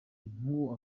nk’uwo